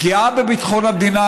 פגיעה בביטחון המדינה,